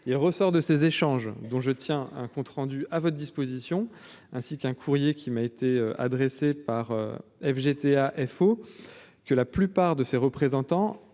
il ressort de ces échanges dont je tiens un compte rendu, à votre disposition ainsi qu'un courrier qui m'a été adressée par FGT à FO, que la plupart de ses représentants,